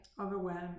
overwhelmed